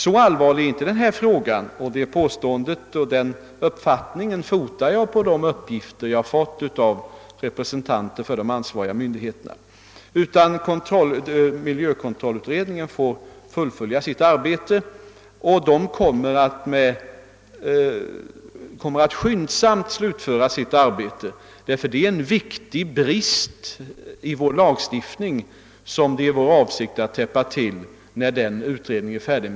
Så allvarlig är inte frågan — den uppfattningen fotar jag på de uppgifter jag fått av representanter för de ansvariga myndigheterna — utan miljökontrollutredningen bör få fullfölja sitt arbete. Den kommer att skyndsamt slutföra detta, ty det gäller här en allvarlig brist i vår lagstiftning som det är vår avsikt att täppa till när utredningen är färdig.